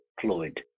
fluid